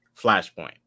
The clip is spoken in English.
flashpoint